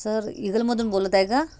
sir ईगलमधून बोलत आहे का